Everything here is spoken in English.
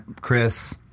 Chris